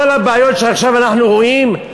כל הבעיות שעכשיו אנחנו רואים,